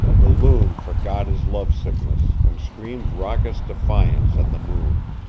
the loon forgot his love-sickness, and screamed raucous defiance at the moon.